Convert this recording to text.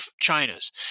China's